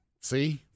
see